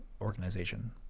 organization